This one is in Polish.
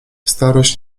starość